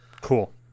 cool